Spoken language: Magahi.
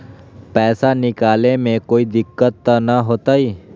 पैसा निकाले में कोई दिक्कत त न होतई?